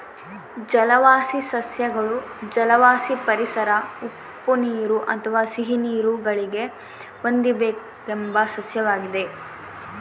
ಜಲವಾಸಿ ಸಸ್ಯಗಳು ಜಲವಾಸಿ ಪರಿಸರ ಉಪ್ಪುನೀರು ಅಥವಾ ಸಿಹಿನೀರು ಗಳಿಗೆ ಹೊಂದಿಕೆಂಬ ಸಸ್ಯವಾಗಿವೆ